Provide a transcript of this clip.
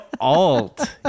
alt